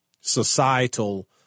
societal